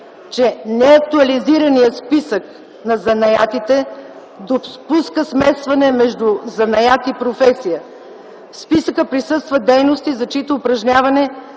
че неактуализираният списък на занаятите допуска смесване между занаят и професия. В списъка присъстват дейности, за чието упражняване